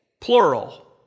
plural